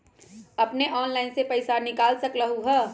अपने ऑनलाइन से पईसा निकाल सकलहु ह?